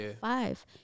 Five